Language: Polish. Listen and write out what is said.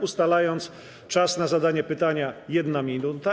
Ustalam czas na zadanie pytania - 1 minuta.